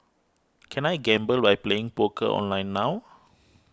can I gamble by playing poker online now